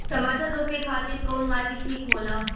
टमाटर रोपे खातीर कउन माटी ठीक होला?